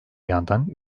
yandan